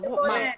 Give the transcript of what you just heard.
נמצאות.